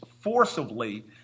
forcibly